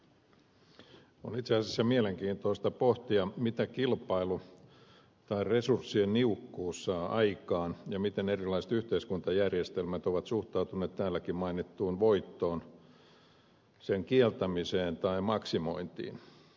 on itse asiassa mielenkiintoista pohtia mitä kilpailu tai resurssien niukkuus saa aikaan ja miten erilaiset yhteiskuntajärjestelmät ovat suhtautuneet täälläkin mainittuun voittoon sen kieltämiseen tai maksimointiin